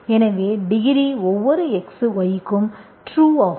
எனவே டிகிரி ஒவ்வொரு x y க்கும் ட்ரு ஆகும்